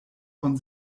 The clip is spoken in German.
von